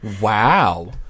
Wow